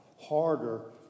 harder